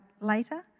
later